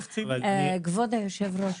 כבוד היושב ראש,